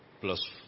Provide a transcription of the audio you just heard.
plus